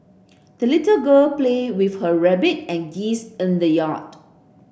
the little girl played with her rabbit and geese in the yard